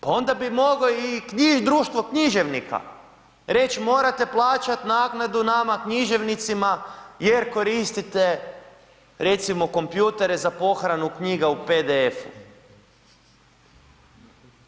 Pa onda bi moglo i društvo književnika reći morate plaćati naknadu nama književnicima jer koristite, recimo kompjutere za pohranu knjiga u PDF-u.